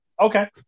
okay